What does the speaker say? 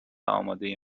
امادهی